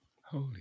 holy